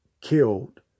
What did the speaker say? killed